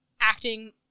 acting